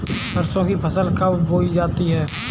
सरसों की फसल कब बोई जाती है?